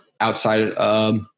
outside